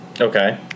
Okay